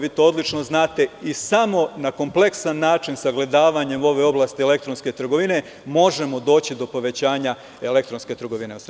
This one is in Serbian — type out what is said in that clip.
Vi to odlično znate i samo na kompleksan način, sagledavanjem ove oblasti elektronske trgovine, možemo doći do povećanja elektronske trgovine u Srbiji.